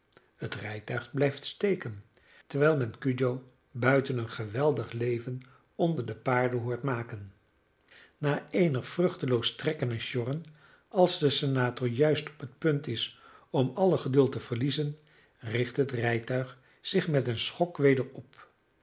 het rijtuig blijft steken terwijl men cudjoe buiten een geweldig leven onder de paarden hoort maken na eenig vruchteloos trekken en sjorren als de senator juist op het punt is om alle geduld te verliezen richt het rijtuig zich met een schok weder op